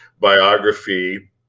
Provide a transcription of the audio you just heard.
biography